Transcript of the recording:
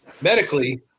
medically